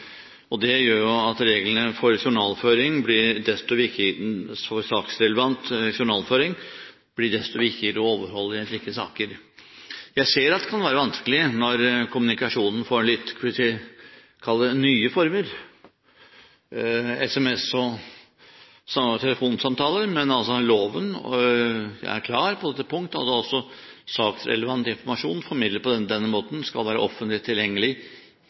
saksrelevant journalføring blir desto viktigere å overholde i slike saker. Jeg ser at det kan være vanskelig når kommunikasjonen får litt – kall det – nye former, SMS og telefonsamtaler. Men loven er klar på dette punkt: Saksrelevant informasjon formidlet på denne måten skal være offentlig tilgjengelig